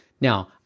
Now